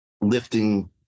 lifting